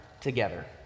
together